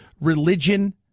Religion